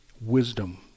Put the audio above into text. wisdom